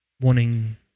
wanting